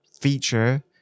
feature